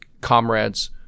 comrades